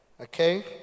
Okay